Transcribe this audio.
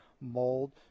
mold